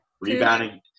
rebounding